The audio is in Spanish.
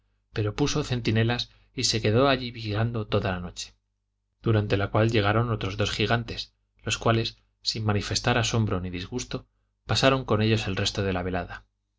pero puso centinelas y se quedó allí vigilando toda la noche durante la cual llegaron otros dos gigantes los cuales sin manifestar asombro ni disgusto pasaron con ellos el resto de la velada